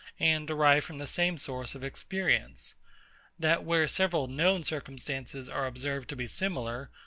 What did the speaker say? and derived from the same source of experience that where several known circumstances are observed to be similar,